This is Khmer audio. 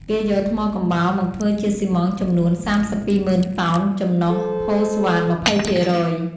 គេយកថ្មកំបោរមកធ្វើជាស៊ីម៉ង់ចំនួន ៣២០.០០០ តោន ចំនុះផូស្វាត ២០ភាគរយ។